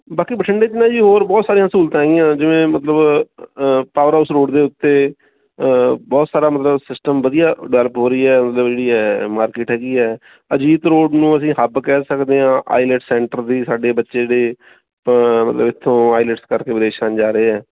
ਬਾਕੀ ਬਠਿੰਡੇ 'ਚ ਨਾ ਜੀ ਹੋਰ ਬਹੁਤ ਸਾਰੀਆਂ ਸਹੂਲਤਾਂ ਹੈਗੀਆਂ ਜਿਵੇਂ ਮਤਲਬ ਪਾਵਰ ਹਾਊਸ ਰੋਡ ਦੇ ਉੱਤੇ ਬਹੁਤ ਸਾਰਾ ਮਤਲਬ ਸਿਸਟਮ ਵਧੀਆ ਡਿਵੈਲਪ ਹੋ ਰਹੀ ਹੈ ਮਤਲਬ ਜਿਹੜੀ ਹੈ ਮਾਰਕੀਟ ਹੈਗੀ ਹੈ ਅਜੀਤ ਰੋਡ ਨੂੰ ਅਸੀਂ ਹੱਬ ਕਹਿ ਸਕਦੇ ਹਾਂ ਆਈਲੈਟਸ ਸੈਂਟਰ ਵੀ ਸਾਡੇ ਬੱਚੇ ਜਿਹੜੇ ਮਤਲਬ ਇੱਥੋਂ ਆਈਲੈਟਸ ਕਰ ਕੇ ਵਿਦੇਸ਼ਾਂ ਨੂੰ ਜਾ ਰਹੇ ਹੈ